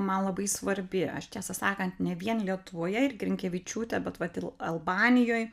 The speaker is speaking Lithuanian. man labai svarbi aš tiesą sakant ne vien lietuvoje ir grinkevičiūtę bet vat il albanijoj